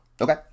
Okay